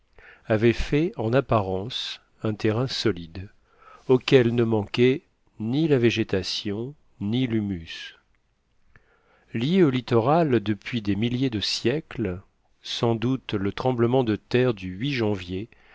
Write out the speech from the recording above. avaient fait en apparence un terrain solide auquel ne manquaient ni la végétation ni l'humus liée au littoral depuis des milliers de siècles sans doute le tremblement de terre du janvier